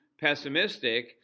pessimistic